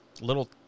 little